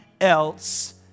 else